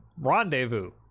Rendezvous